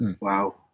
Wow